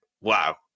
wow